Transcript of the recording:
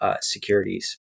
securities